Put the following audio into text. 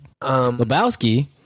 Lebowski